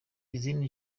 izindi